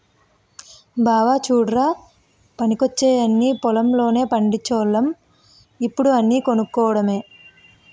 బావా చుడ్రా పనికొచ్చేయన్నీ పొలం లోనే పండిచోల్లం ఇప్పుడు అన్నీ కొనుక్కోడమే